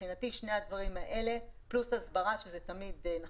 וכמובן הסברה, שזה תמיד חשוב.